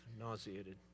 nauseated